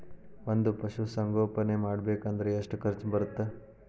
ಒಂದ್ ಪಶುಸಂಗೋಪನೆ ಮಾಡ್ಬೇಕ್ ಅಂದ್ರ ಎಷ್ಟ ಖರ್ಚ್ ಬರತ್ತ?